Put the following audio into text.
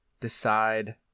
decide